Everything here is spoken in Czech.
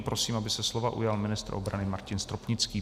Prosím, aby se slova ujal ministr obrany Martin Stropnický.